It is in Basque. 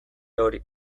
hori